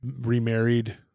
Remarried